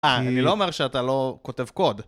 אה, אני לא אומר שאתה לא כותב קוד.